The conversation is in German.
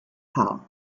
haar